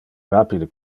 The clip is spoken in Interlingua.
rapide